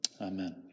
Amen